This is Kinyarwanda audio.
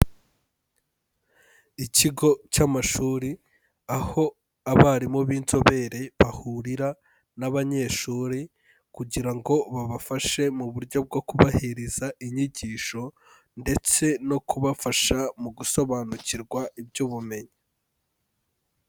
Ikigo cy'amashuri aho abarimu b'inzobere bahurira n'abanyeshuri kugira ngo babafashe mu buryo bwo kubahereza inyigisho ndetse no kubafasha mu gusobanukirwa iby'ubumenyi.